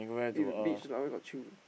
this is beach lah where got chill